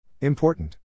Important